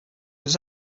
was